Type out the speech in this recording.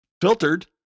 filtered